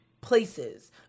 places